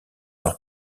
leur